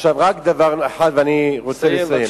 עכשיו רק דבר אחד, ואני רוצה לסיים.